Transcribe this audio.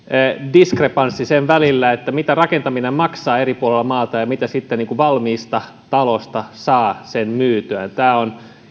diskrepanssin sen välillä mitä rakentaminen maksaa eri puolilla maata ja mitä sitten valmiista talosta saa sen myytyään tämä on